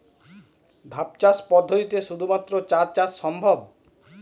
ধাপ চাষ পদ্ধতিতে শুধুমাত্র চা চাষ সম্ভব?